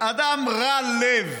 אדם רע לב,